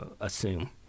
assume